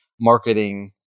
marketing